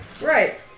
Right